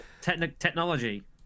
technology